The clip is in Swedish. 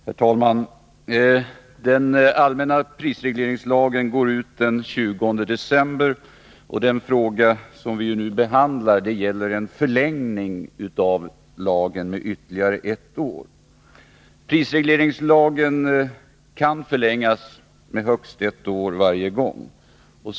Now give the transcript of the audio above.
Herr talman! Giltighetstiden för den allmänna prisregleringslagen går ut den 20 december, och den fråga som vi nu behandlar gäller en förlängning med ytterligare ett år. Tiden kan förlängas med högst ett år varje gång.